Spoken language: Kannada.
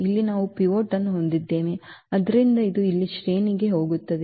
ಇಲ್ಲಿ ನಾವು ಪಿವೋಟ್ ಅನ್ನು ಹೊಂದಿದ್ದೇವೆ ಆದ್ದರಿಂದ ಅದು ಇಲ್ಲಿ ಶ್ರೇಣಿಗೆ ಹೋಗುತ್ತದೆ